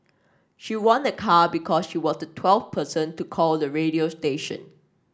she won a car because she was the twelfth person to call the radio station